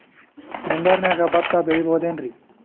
ಮುಂಗಾರಿನ್ಯಾಗ ಭತ್ತ ಬೆಳಿಬೊದೇನ್ರೇ?